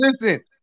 listen